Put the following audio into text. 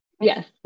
Yes